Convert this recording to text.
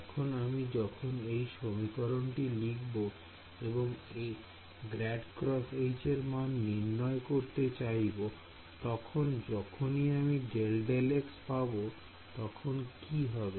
এখন আমি যখন এই সমীকরণটি কি লিখবো এবং ∇× H এর মান নির্ণয় করতে চাইবো তখন যখনই আমি ∂∂x পাব তখন কি হবে